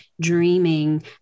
dreaming